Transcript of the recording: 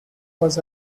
was